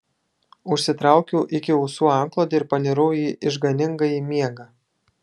užsitraukiau iki ausų antklodę ir panirau į išganingąjį miegą